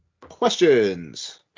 Questions